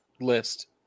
list